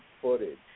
footage